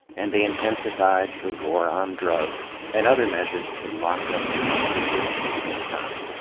and they intensified the war on drugs and other measures to lock up more people for doing crime.